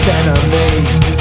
Enemies